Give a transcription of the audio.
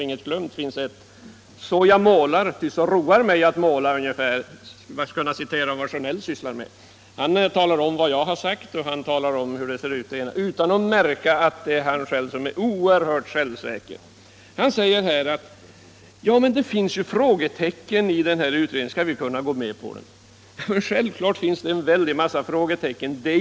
Men vilka alternativ får herr Sjönell fram genom bifall till reservationen 1 — som jag dock gärna vill betona är väsentligt bättre än reservationen 2?